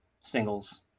singles